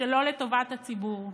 שלא לטובת הציבור?